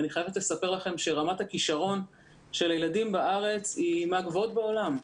ואני חייבת לספר לכם שרמת הכישרון של הילדים בארץ היא מהגבוהות בעולם.